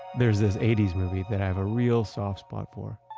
there's this eighty s movie that i have a real soft spot for.